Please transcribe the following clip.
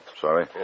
sorry